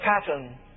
pattern